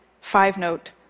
five-note